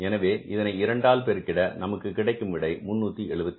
எனவே இதனை இரண்டால் பெருகிட நமக்கு கிடைக்கும் விடை 376 என்பது